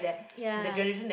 ya